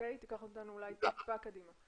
קח אותנו אולי טיפה קדימה.